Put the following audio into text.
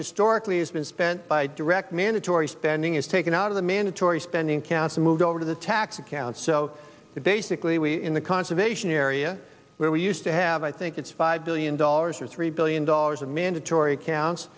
historically has been spent by direct mandatory spending is taken out of the mandatory spending accounts moved over to the tax accounts so that basically we in the conservation area where we used to have i think it's five billion dollars or three billion dollars and mandatory accounts